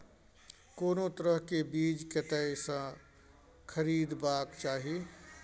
कोनो तरह के बीज कतय स खरीदबाक चाही?